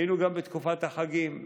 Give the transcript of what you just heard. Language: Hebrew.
היינו גם בתקופת החגים.